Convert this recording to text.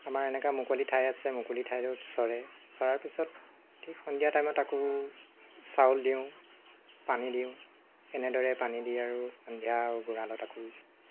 আমাৰ এনেকুৱা মুকলি ঠাই আছে মুকলি ঠাত চৰে চৰাৰ পিছত ঠিক সন্ধিয়া টাইমত আকৌ চাউল দিওঁ পানী দিওঁ এনেদৰে পানী দি আৰু সন্ধিয়া গঁড়ালত আকৌ